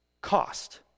cost